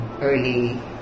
early